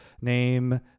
name